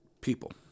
people